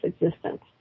existence